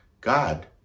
God